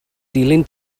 dilyn